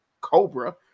Cobra